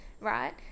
right